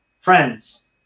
friends